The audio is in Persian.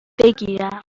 بگیرم